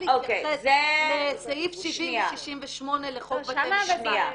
להתייחס לסעיף 70 ו-68 לחוק בתי המשפט.